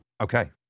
Okay